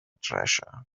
treasure